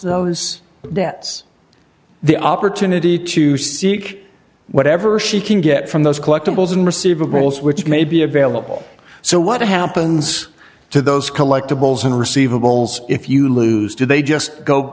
debts the opportunity to seek whatever she can get from those collectibles and receivables which may be available so what happens to those collectibles and receivables if you lose do they just go